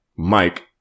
Mike